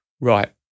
right